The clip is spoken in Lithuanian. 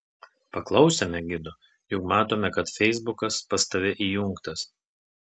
paklausėme gido juk matome kad feisbukas pas tave įjungtas